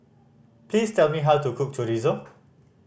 please tell me how to cook Chorizo